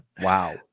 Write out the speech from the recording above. wow